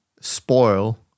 spoil